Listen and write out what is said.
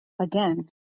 again